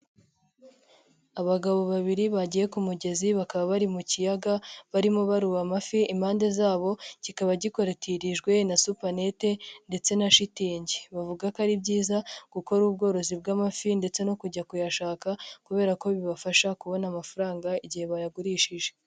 Abagabo babiri bagiye ku mugezi bakaba bari mu kiyaga barimo baroba amafi, impande zabo kikaba gikorotirijwe na supanete ndetse na shitingi, bavuga ko ari byiza gukora ubworozi bw'amafi ndetse no kujya kuyashaka kubera ko bibafasha kubona amafaranga igihe bayagurishije.